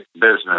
business